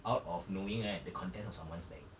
out of knowing right the contents of someone's bag